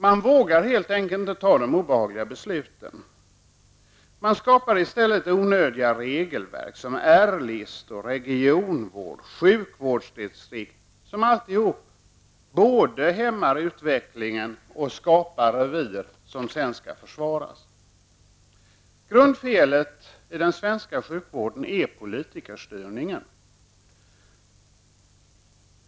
Man vågar helt enkelt inte ta de obehagliga besluten. Man skapar i stället onödiga regelverk som R-listor, regionvård och sjukvårdsdistrikt som alla både hämmar utvecklingen och skapar revir som sedan skall försvaras. Grundfelet i den svenska sjukvården är politikerstyrningen.